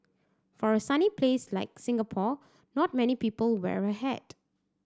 for a sunny place like Singapore not many people wear a hat